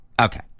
Okay